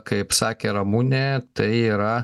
kaip sakė ramunė tai yra